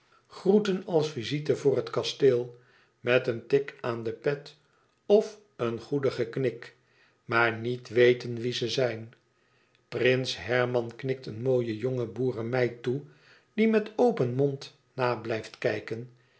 groeten als visite voor het kasteel met een tik aan een pet of een goedigen knik maar niet weten wie ze zijn prins herman knikt een mooie jonge boeremeid toe die met open mond na blijft kijken